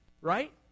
right